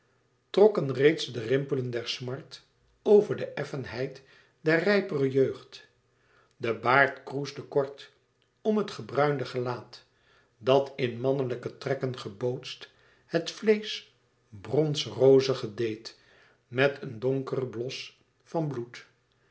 trokken reeds de rimpelen der smart over de effenheid der rijpere jeugd de baard kroesde kort om het gebruinde gelaat dat in mannelijke trekken gebootst het vleesch brons rozigen deed met een donkeren blos van bloed